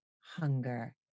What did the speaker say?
hunger